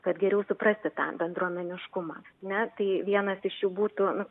kad geriau suprasti tą bendruomeniškumą ne tai vienas iš jų būtų